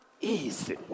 easy